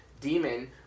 demon